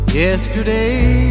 yesterday